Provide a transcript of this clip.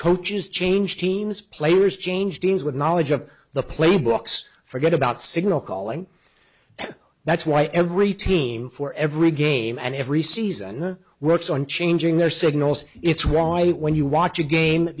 coaches change teams players change teams with knowledge of the playbooks forget about signal calling that's why every team for every game and every season works on changing their signals it's why when you watch a game